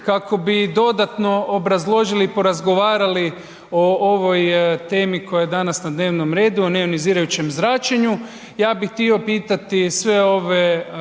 kako bi dodatno obrazložili i porazgovarali o ovoj temi koja je danas na dnevnom redu o ne ionizirajućem zračenju. Ja bih htio pitati sve ove